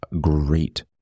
great